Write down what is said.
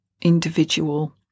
individual